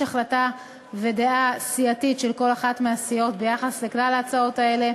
החלטה ודעה סיעתית של כל אחת מהסיעות ביחס לכלל ההצעות האלה,